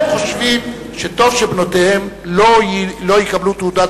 הם חושבים שטוב שבנותיהם לא יקבלו תעודת